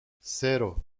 cero